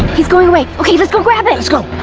he's going away. okay, let's go grab it! let's go!